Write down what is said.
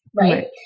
Right